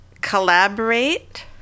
collaborate